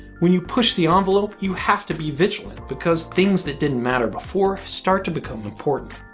when you push the envelope, you have to be vigilant because things that didn't matter before start to become important.